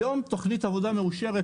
היום תוכנית עבודה מאושרת,